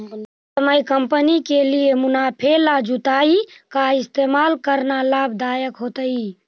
ई समय कंपनी के लिए मुनाफे ला जुताई का इस्तेमाल करना लाभ दायक होतई